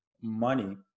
money